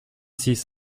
six